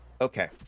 Okay